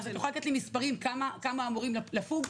את יכולה לומר לי מספרים, כמה אמורים לפוג?